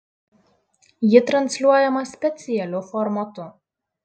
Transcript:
ji transliuojama specialiu formatu